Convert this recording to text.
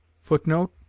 Footnote